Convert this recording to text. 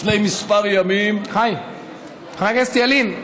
לפני כמה ימים, חבר הכנסת חיים ילין,